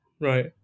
right